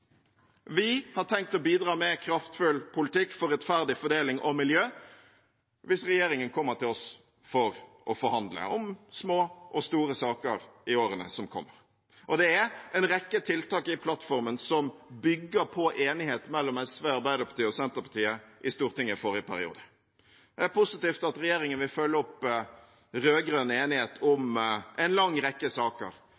Vi har tenkt å bidra med kraftfull politikk for rettferdig fordeling og miljø hvis regjeringen kommer til oss for å forhandle i små og store saker i årene som kommer. Og det er en rekke tiltak i plattformen som bygger på enighet mellom SV, Arbeiderpartiet og Senterpartiet i Stortinget i forrige periode. Det er positivt at regjeringen vil følge opp rød-grønn enighet